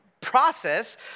process